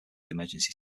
emergency